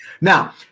Now